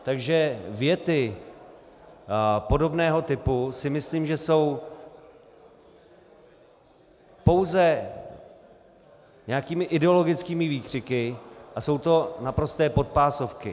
Takže věty podobného typu si myslím, že jsou pouze nějakými ideologickými výkřiky a jsou to naprosté podpásovky.